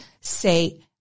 say